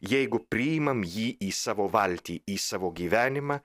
jeigu priimam jį į savo valtį į savo gyvenimą